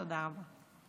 תודה רבה.